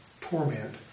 torment